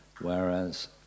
whereas